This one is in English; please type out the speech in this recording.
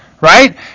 right